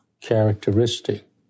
characteristic